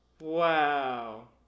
Wow